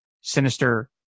sinister